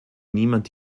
niemand